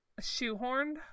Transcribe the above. shoehorned